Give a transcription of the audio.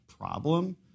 problem